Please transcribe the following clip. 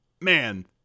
man